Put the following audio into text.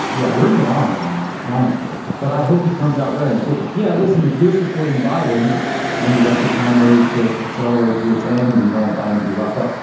yeah, bring it on, donald. honestly, but i hope he comes out raring, so, yeah. listen, if you're supporting biden and you'd like the primary to accelerate to its end and you don't biden to be roughed up,